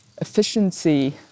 efficiency